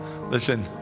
listen